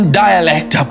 dialect